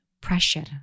pressure